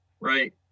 Right